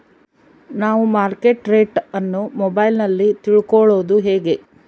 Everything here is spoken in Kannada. ನಾವು ಮಾರ್ಕೆಟ್ ರೇಟ್ ಅನ್ನು ಮೊಬೈಲಲ್ಲಿ ತಿಳ್ಕಳೋದು ಹೇಗೆ?